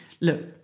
look